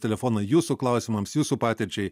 telefonai jūsų klausimams jūsų patirčiai